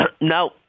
Now